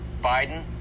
Biden